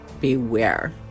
beware